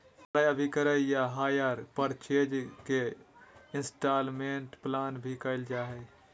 क्रय अभिक्रय या हायर परचेज के इन्स्टालमेन्ट प्लान भी कहल जा हय